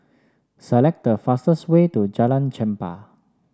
select the fastest way to Jalan Chempah